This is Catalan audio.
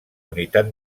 unitat